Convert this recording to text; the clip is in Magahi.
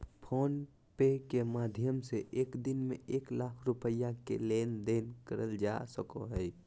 फ़ोन पे के माध्यम से एक दिन में एक लाख रुपया के लेन देन करल जा सको हय